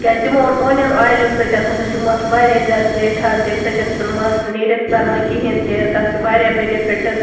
تِکیازِ تِمو ووٚن اونیَن اویِلہٕ سۭتۍ ہسا چھُ مَس واریاہ زیادٕ زیٹھان تمہِ سۭتۍ چھُنہٕ مَس نیٖرِتھ ژلان کِہیٖنۍ تہِ تَتھ چھِ واریاہ بیٚنفٹٕز